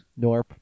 Norp